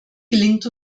gelingt